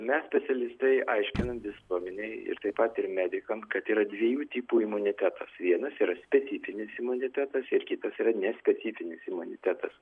mes specialistai aiškinam visuomenei ir taip pat ir medikams kad yra dviejų tipų imunitetas vienas yra specifinis imunitetas ir kitas yra nespecifinis imunitetas